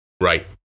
right